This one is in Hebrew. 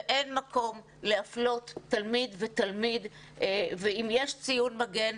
ואין מקום להפלות תלמיד ותלמיד ואם יש ציון מגן,